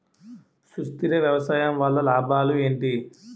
సుస్థిర వ్యవసాయం వల్ల లాభాలు ఏంటి?